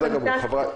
פנטסטיות.